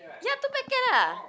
ya two packet lah